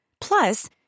Plus